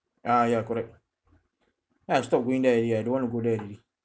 ah ya correct then I stop going there already I don't want to go there already